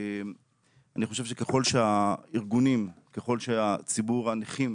אני חושב שככל שהארגונים, ככל שציבור הנכים